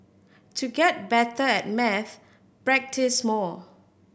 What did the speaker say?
to get better at maths practise more